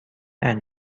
and